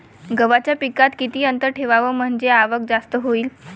गव्हाच्या पिकात किती अंतर ठेवाव म्हनजे आवक जास्त होईन?